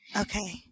Okay